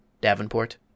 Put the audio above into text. Davenport